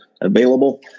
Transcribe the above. available